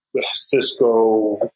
Cisco